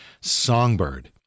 Songbird